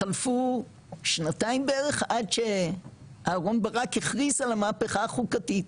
חלפו שנתיים בערך עד שאהרון ברק הכריז על המהפכה החוקתית.